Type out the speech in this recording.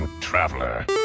Traveler